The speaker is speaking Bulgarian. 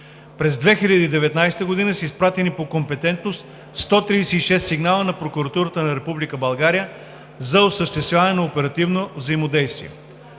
През 2019 г. са изпратени по компетентност 136 сигнала на Прокуратурата на Република България за осъществяване на оперативно взаимодействие.